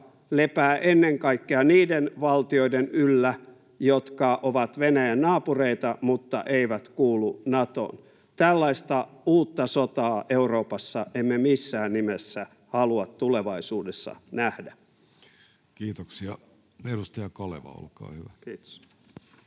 lepää ennen kaikkea niiden valtioiden yllä, jotka ovat Venäjän naapureita mutta eivät kuulu Natoon. Tällaista uutta sotaa Euroopassa emme missään nimessä halua tulevaisuudessa nähdä. Kiitoksia. — Edustaja Kaleva, olkaa hyvä. Arvoisa